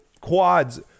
quads